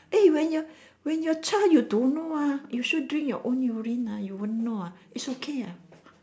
eh when you're when you're a child you don't know ah you sure drink your own urine ah you won't know ah it's okay ah